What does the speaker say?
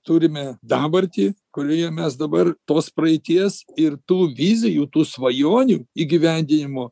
turime dabartį kurioje mes dabar tos praeities ir tų vizijų tų svajonių įgyvendinimo